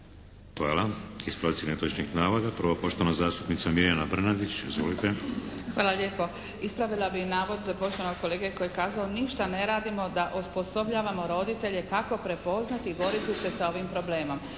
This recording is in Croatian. lijepo. Ispravila bih navod poštovanog kolege koji je kazao ništa ne radimo da osposobljavamo roditelje kako prepoznati i boriti se sa ovim problemom.